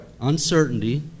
uncertainty